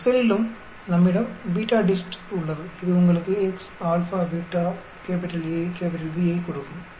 உங்கள் எக்செல்லிலும் நம்மிடம் BETADIST உள்ளது இது உங்களுக்கு x α β A B ஐக் கொடுக்கும்